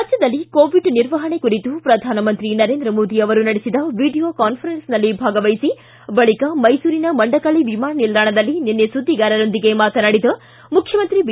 ರಾಜ್ಯದಲ್ಲಿ ಕೋವಿಡ್ ನಿರ್ವಹಣೆ ಕುರಿತು ಪ್ರಧಾನಮಂತ್ರಿ ನರೇಂದ್ರ ಮೋದಿ ಅವರು ನಡೆಸಿದ ವೀಡಿಯೋ ಕಾನ್ವರೆನ್ಸ್ನಲ್ಲಿ ಭಾಗವಹಿಸಿ ಬಳಿಕ ಮೈಸೂರಿನ ಮಂಡಕಳ್ಳಿ ವಿಮಾನ ನಿಲ್ದಾಣದಲ್ಲಿ ನಿನ್ನೆ ಸುದ್ದಿಗಾರರೊಂದಿಗೆ ಮಾತನಾಡಿದ ಮುಖ್ಯಮಂತ್ರಿ ಬಿ